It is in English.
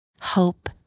hope